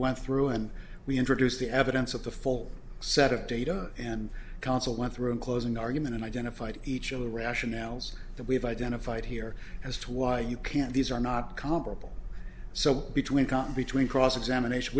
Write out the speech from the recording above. went through and we introduced the evidence of the full set of data and counsel went through in closing argument and identified each of the rationales that we have identified here as to why you can't these are not comparable so between caught between cross examination